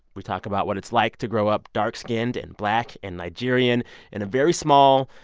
we talk about what it's like to grow up dark-skinned and black and nigerian in a very small,